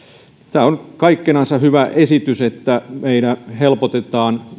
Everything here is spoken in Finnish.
tämä on kaikkinensa hyvä esitys että meillä helpotetaan